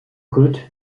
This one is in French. côte